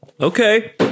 Okay